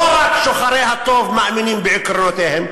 לא רק שוחרי הטוב מאמינים בעקרונותיהם,